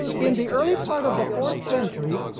in the early part of the fourth century,